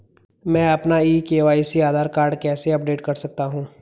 मैं अपना e KYC Aadhaar card कैसे अपडेट कर सकता हूँ?